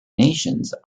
nations